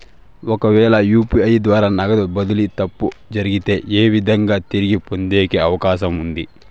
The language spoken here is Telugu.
ఒకవేల యు.పి.ఐ ద్వారా నగదు బదిలీలో తప్పు జరిగితే, ఏ విధంగా తిరిగి పొందేకి అవకాశం ఉంది?